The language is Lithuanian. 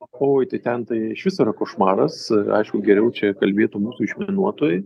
oi tai ten tai iš viso košmaras aišku geriau čia kalbėtų mūsų išminuotojai